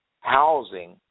housing